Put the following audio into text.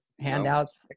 Handouts